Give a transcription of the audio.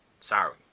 Sorry